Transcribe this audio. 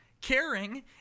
caring